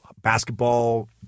basketball